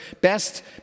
best